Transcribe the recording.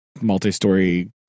multi-story